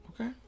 Okay